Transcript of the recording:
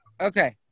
Okay